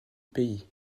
pays